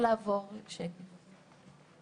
נעבור שקף.